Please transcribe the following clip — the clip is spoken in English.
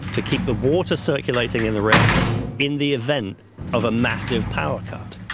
to keep the water circulating in the reactor in the event of a massive power cut.